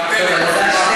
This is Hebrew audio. מבטלת,